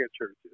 churches